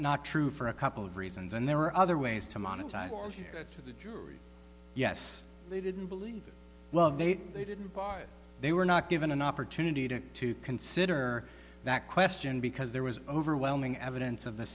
not true for a couple of reasons and there are other ways to monetize it for the jury yes they didn't believe well they didn't they were not given an opportunity to to consider that question because there was overwhelming evidence of the